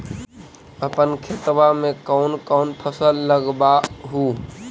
अपन खेतबा मे कौन कौन फसल लगबा हू?